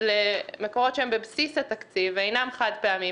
למקורות שהם בבסיס התקציב ואינם חד-פעמיים,